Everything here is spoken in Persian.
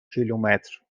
کیلومتر